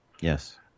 Yes